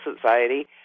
Society